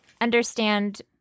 understand